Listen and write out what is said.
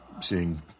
seeing